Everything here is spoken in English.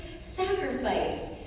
sacrifice